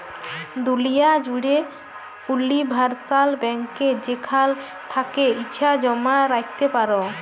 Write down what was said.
দুলিয়া জ্যুড়ে উলিভারসাল ব্যাংকে যেখাল থ্যাকে ইছা জমা রাইখতে পারো